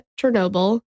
Chernobyl